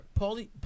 Paulie